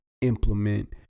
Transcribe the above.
implement